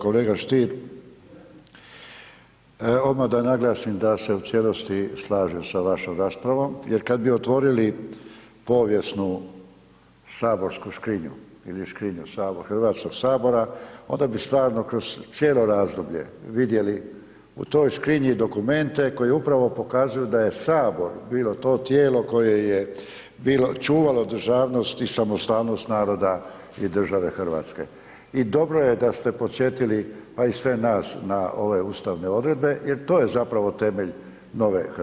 Kolega Stier, odmah da naglasim da se u cijelosti slažem sa vašom raspravom jer kad bi otvorili povijesnu saborsku škrinju ili škrinju HS-a, onda bi stvarno kroz cijelo razdoblje vidjeli u toj škrinji dokumente koji upravo pokazuju da je Sabor bilo to tijelo koje je čuvalo državnost i samostalnost naroda i države hrvatske i dobro je da ste podsjetili, pa i sve nas na ove ustavne odredbe jer to je zapravo temelj nove Hrvatske.